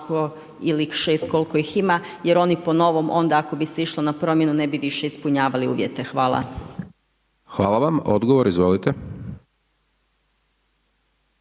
Hvala. Odgovor izvolite.